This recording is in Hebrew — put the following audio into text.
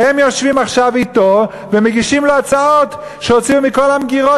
יושבים עכשיו אתו ומגישים לו הצעות שהוציאו מכל המגירות,